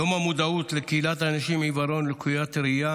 יום המודעות לאנשים עם עיוורון וליקויי ראייה